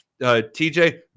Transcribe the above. TJ